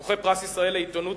זוכה פרס ישראל לעיתונות,